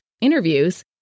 interviews